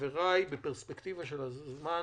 לחבריי בפרספקטיבה של הזמן,